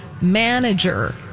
manager